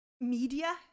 media